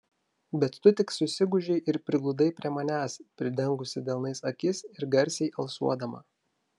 bet tu tik susigūžei ir prigludai prie manęs pridengusi delnais akis ir garsiai alsuodama